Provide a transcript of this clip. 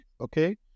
okay